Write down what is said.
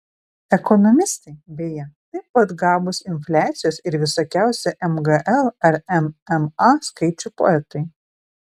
ekonomistai beje taip pat gabūs infliacijos ir visokiausių mgl ar mma skaičių poetai